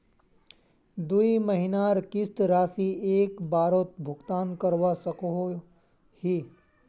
दुई महीनार किस्त राशि एक बारोत भुगतान करवा सकोहो ही?